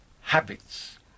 habits